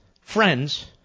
friends